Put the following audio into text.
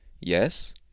yes